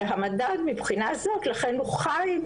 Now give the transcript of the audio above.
והמדד מבחינה הזאת לכן הוא חי,